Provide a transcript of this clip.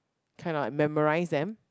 kind of like memorise them